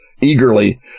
eagerly